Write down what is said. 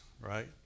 right